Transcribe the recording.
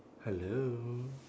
hello